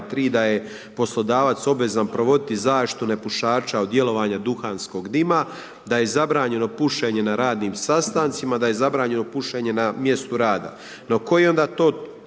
da je poslodavac obvezan provoditi zaštitu nepušača od djelovanja duhanskog dima, da je zabranjeno pušenje na radnim sastancima, da je zabranjeno pušenje na mjestu rada.